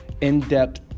in-depth